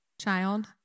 child